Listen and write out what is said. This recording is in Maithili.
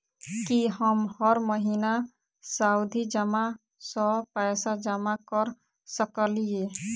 की हम हर महीना सावधि जमा सँ पैसा जमा करऽ सकलिये?